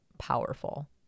powerful